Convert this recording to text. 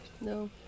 No